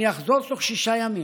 אני אחזור תוך שישה ימים.